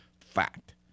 fact